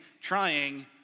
trying